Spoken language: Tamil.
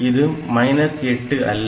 இது 8 அல்ல